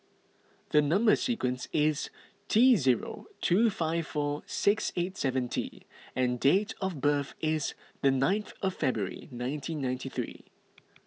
the Number Sequence is T zero two five four six eight seven T and date of birth is the ninth of February nineteen ninety three